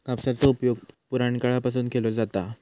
कापसाचो उपयोग पुराणकाळापासून केलो जाता हा